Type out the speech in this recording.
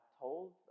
told